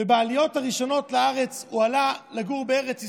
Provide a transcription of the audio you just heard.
בעליות הראשונות לארץ הוא עלה לגור בארץ ישראל,